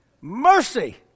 Mercy